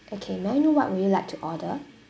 okay may I know what would you like to order